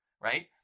right